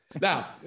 Now